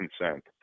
consent